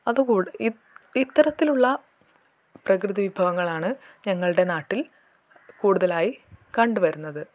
അത് കൂടെ ഇത്തരത്തിലുള്ള പ്രകൃതി വിഭവങ്ങളാണ് ഞങ്ങളുടെ നാട്ടിൽ കൂടുതലായി കണ്ട് വരുന്നത്